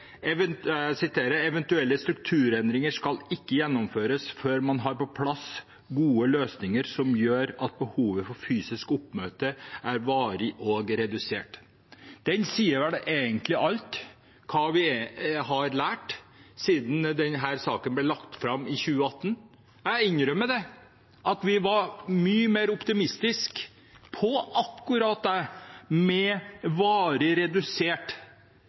jeg siterer: «Eventuelle strukturendringer skal ikke gjennomføres før man har på plass gode løsninger som gjør at behovet for fysisk oppmøte er varig redusert »– den sier egentlig alt om hva vi har lært siden denne saken ble lagt fram i 2018. Jeg innrømmer at vi var mye mer optimistiske på akkurat det med «varig redusert»